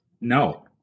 No